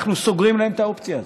אנחנו סוגרים להם את האופציה הזאת.